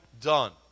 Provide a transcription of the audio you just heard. done